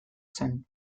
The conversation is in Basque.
zen